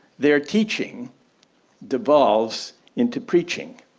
they're teaching devolves into preaching.